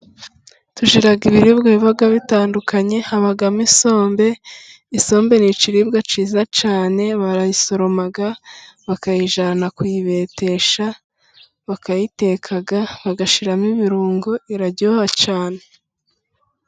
Tugira ibiribwa biba bitandukanye, habamo isombe isombe ni ikiribwa cyiza cyane, barayisoroma bakayijyana kuyibetesha, bakayiteka bagashyiramo ibirungo iraryoha cyane.